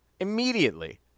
Immediately